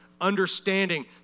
understanding